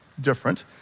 different